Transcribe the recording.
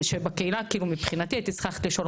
בקהילה כאילו מבחינתי הייתי צריכה ללכת לשאול